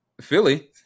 Philly